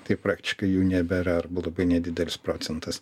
tai praktiškai jų nebėra arba labai nedidelis procentas